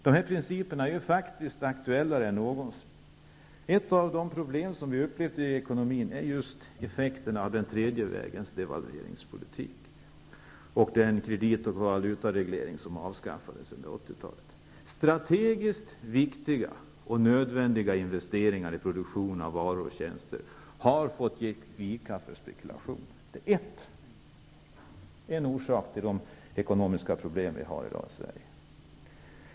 De här principerna är faktiskt mer aktuella nu än någonsin. Ett av de problem som vi har upplevt i ekonomin är just effekterna av den tredje vägens devalveringspolitik och av att kredit och valutaregleringen avskaffades under 80-talet. Strategiskt viktiga och nödvändiga investeringar i produktionen av varor och tjänster har fått ge vika för spekulation. Det är en orsak till de ekonomiska problem vi i dag har i Sverige.